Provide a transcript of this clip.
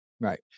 Right